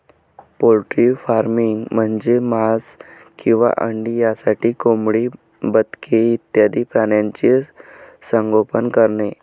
poultry farming म्हणजे मांस किंवा अंडी यासाठी कोंबडी, बदके इत्यादी प्राण्यांचे संगोपन करणे